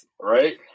Right